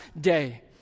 day